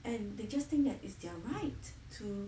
and they just think that is their right to